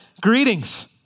greetings